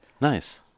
Nice